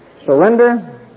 Surrender